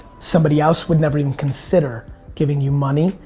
somebody else would never even consider giving you money.